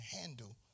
handle